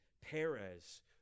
Perez